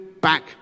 back